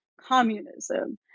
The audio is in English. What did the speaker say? communism